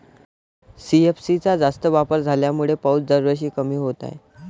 CFC चा जास्त वापर झाल्यामुळे पाऊस दरवर्षी कमी होत आहे